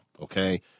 Okay